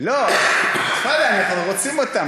אנחנו רוצים אותם.